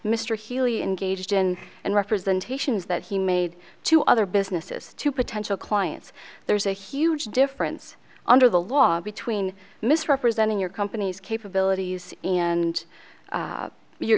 mr healey engaged in and representations that he made to other businesses to potential clients there's a huge difference under the law between misrepresenting your company's capabilities and